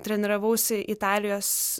treniravausi italijos